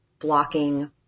blocking